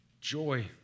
Joy